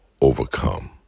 Overcome